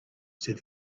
said